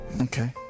Okay